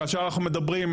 כאשר אנחנו מדברים,